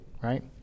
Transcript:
Right